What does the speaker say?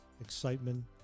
excitement